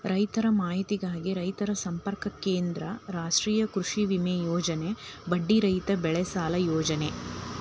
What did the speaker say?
ರೈತರ ಮಾಹಿತಿಗಾಗಿ ರೈತ ಸಂಪರ್ಕ ಕೇಂದ್ರ, ರಾಷ್ಟ್ರೇಯ ಕೃಷಿವಿಮೆ ಯೋಜನೆ, ಬಡ್ಡಿ ರಹಿತ ಬೆಳೆಸಾಲ ಯೋಜನೆ